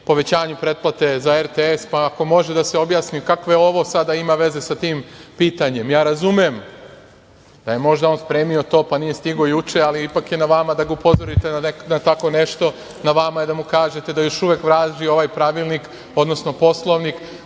povećanju pretplate za RTS, pa ako može da se objasni kakve ovo sada ima veze sa tim pitanjem? Ja razumem da je možda on spremio to, pa nije stigao juče, ali ipak je na vama da ga upozorite. Na vama je da mu kažete da još uvek važi ovaj Poslovnik,